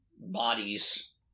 bodies